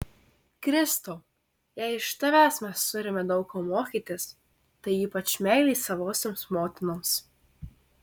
kristau jei iš tavęs mes turime daug ko mokytis tai ypač meilės savosioms motinoms